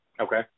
Okay